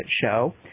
Show